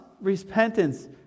repentance